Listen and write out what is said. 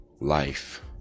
Life